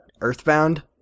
Earthbound